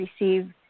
receive